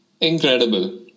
Incredible